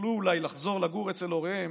ויכלו אולי לחזור לגור אצל הוריהם